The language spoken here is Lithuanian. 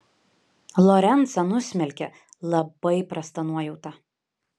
lorencą nusmelkė labai prasta nuojauta